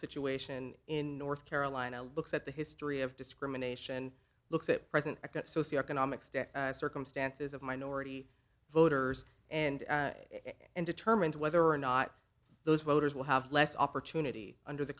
situation in north carolina looks at the history of discrimination looks at present socio economic step circumstances of minority voters and and determine whether or not those voters will have less opportunity under the